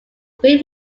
built